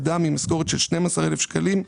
אדם עם משכורת של 12,000 שקלים.